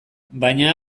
baina